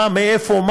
מאיפה?